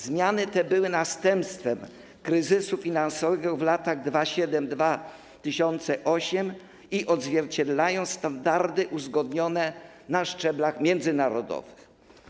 Zmiany te były następstwem kryzysu finansowego w latach 2007 i 2008 i odzwierciedlają standardy uzgodnione na szczeblu międzynarodowym.